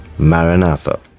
Maranatha